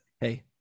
hey